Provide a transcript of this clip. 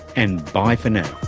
and bye for now